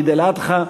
עיד אל-אדחא.